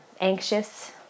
anxious